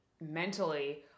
mentally